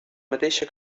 mateixa